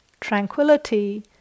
tranquility